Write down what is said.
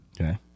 Okay